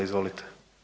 Izvolite.